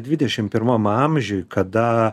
dvidešim pirmam amžiuj kada